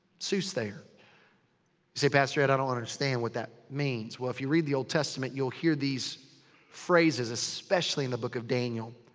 soothsayer. you say, pastor ed, i don't understand what that means. well, if you read the old testament, you'll hear these phrases. especially in the book of daniel.